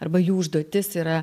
arba jų užduotis yra